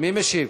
מי משיב?